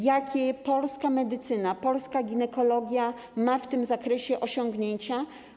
Jakie polska medycyna, polska ginekologia ma w tym zakresie osiągnięcia?